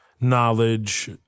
knowledge